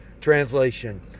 translation